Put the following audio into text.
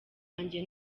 wanjye